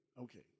Okay